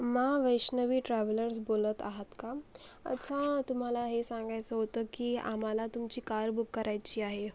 मा वैष्णवी ट्रॅव्हलर्स बोलत आहात का अच्छा तुम्हाला हे सांगायचं होतं की आम्हाला तुमची कार बुक करायची आहे